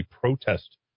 protest